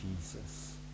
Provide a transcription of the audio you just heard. Jesus